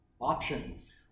options